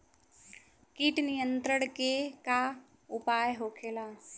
कीट नियंत्रण के का उपाय होखेला?